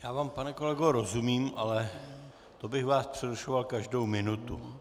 Já vám, pane kolego, rozumím, ale to bych vás přerušoval každou minutu.